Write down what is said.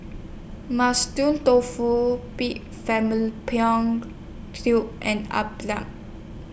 Mushroom Tofu Pig Tubes and